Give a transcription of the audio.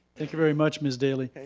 thank you very much ms. daley.